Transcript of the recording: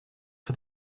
for